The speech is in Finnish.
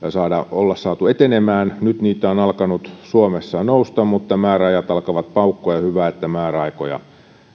olla saatu etenemään nyt niitä on alkanut suomessa nousta mutta määräajat alkavat paukkua hyvä että määräaikoja